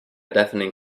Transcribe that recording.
deafening